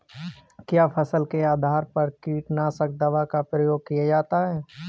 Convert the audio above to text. क्या फसल के आधार पर कीटनाशक दवा का प्रयोग किया जाता है?